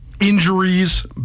injuries